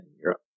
Europe